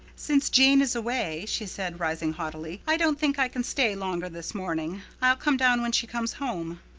since jane is away, she said, rising haughtily, i don't think i can stay longer this morning. i'll come down when she comes home.